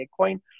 Bitcoin